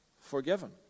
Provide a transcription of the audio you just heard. forgiven